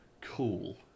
cool